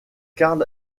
karl